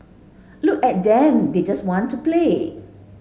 look at them they just want to play